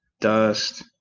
Dust